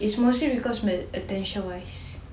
it's mostly because attention wise